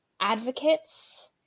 advocates